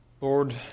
Lord